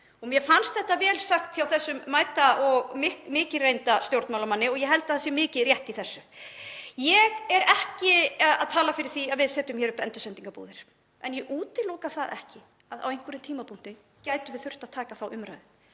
Mér fannst þetta vel sagt hjá þessum mæta og mikið reynda stjórnmálamanni og ég held að það sé margt rétt í þessu. Ég er ekki að tala fyrir því að við setjum upp endursendingarbúðir en ég útiloka það ekki að á einhverjum tímapunkti gætum við þurft að taka þá umræðu.